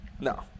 No